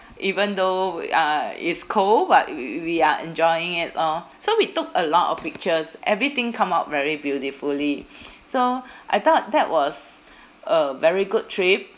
even though we uh it's cold but w~ w~ we are enjoying it lor so we took a lot of pictures everything come out very beautifully so I thought that was a very good trip